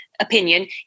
opinion